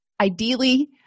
ideally